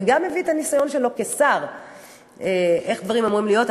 וגם הביא את הניסיון שלו כשר איך הדברים אמורים להיות,